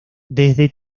desde